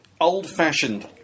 old-fashioned